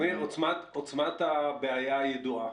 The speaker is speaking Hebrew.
עוצמת הבעיה ידועה.